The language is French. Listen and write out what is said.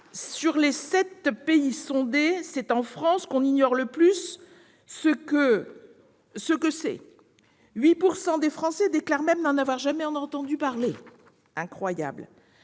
sur sept pays sondés, c'est en France que l'on ignore le plus ce que c'est : 8 % des Français déclarent même n'en avoir jamais entendu parler ... Incroyable !